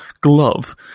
glove